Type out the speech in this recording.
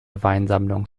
weinsammlung